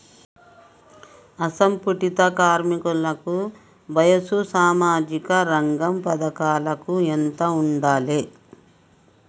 అసంఘటిత కార్మికుల వయసు సామాజిక రంగ పథకాలకు ఎంత ఉండాలే?